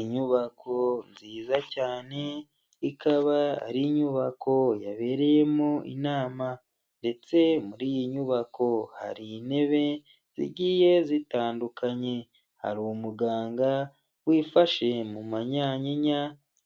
Inyubako nziza cyane ikaba ari inyubako yabereyemo inama ndetse muri iyi nyubako hari intebe zigiye zitandukanye, hari umuganga wifashe mu manyanyinya